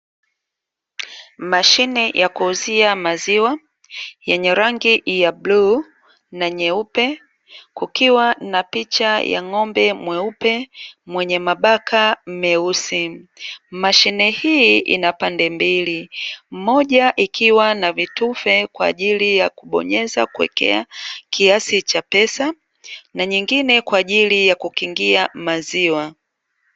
Mashine ya kuuzia maziwa yenye rangi ya bluu na nyeupe, kukiwa na picha ya ng'ombe mweupe mwenye mabaka meusi, mashine hii ina pande mbili, moja ikiwa na vitufe kwa ajili ya kubonyeza kuwekea kiasi cha pesa na nyingine kwa ajili ya kukingia maziwa.